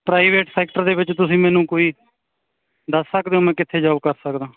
private sector ਦੇ ਵਿੱਚ ਤੁਸੀਂ ਮੈਨੂੰ ਕੋਈ ਦੱਸ ਸਕਦੇ ਹੋ ਮੈਂ ਕਿੱਥੇ ਜੋਬ ਕਰ ਸਕਦਾ